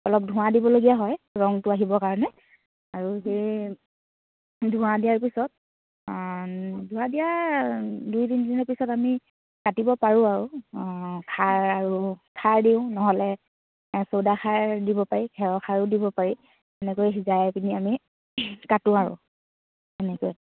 অলপ ধোঁৱা দিবলগীয়া হয় ৰংটো আহিবৰ কাৰণে আৰু সেই ধোঁৱা দিয়াৰ পিছত ধোঁৱা দিয়াৰ দুই তিনি দিনৰ পিছত আমি কাটিব পাৰোঁ আৰু খাৰ আৰু খাৰ দিওঁ নহ'লে চ'ডা খাৰ দিব পাৰি খেৰৰ খাৰো দিব পাৰি সেনেকৈ সিজাই পিনে আমি কাটোঁ আৰু সেনেকৈ